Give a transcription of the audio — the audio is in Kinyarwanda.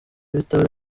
bitaba